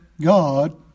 God